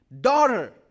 daughter